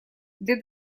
для